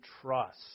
trust